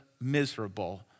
miserable